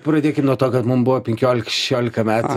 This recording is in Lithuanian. pradėkim nuo to kad man buvo penkiolika šešiolika metų